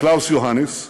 קלאוס יוהאניס,